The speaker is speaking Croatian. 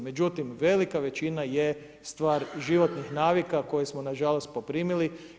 Međutim, velika većina je stvar životnih navika koje smo na žalost poprimili.